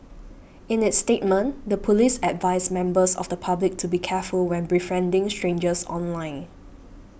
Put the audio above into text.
in its statement the police advised members of the public to be careful when befriending strangers online